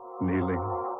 kneeling